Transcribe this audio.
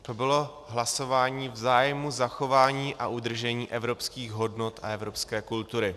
To bylo hlasování v zájmu zachování a udržení evropských hodnot a evropské kultury.